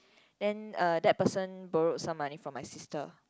then uh that person borrowed some money from my sister